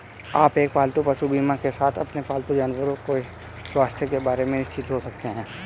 आप एक पालतू पशु बीमा के साथ अपने पालतू जानवरों के स्वास्थ्य के बारे में निश्चिंत हो सकते हैं